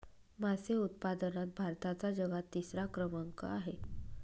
मासे उत्पादनात भारताचा जगात तिसरा क्रमांक आहे